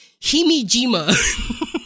Himijima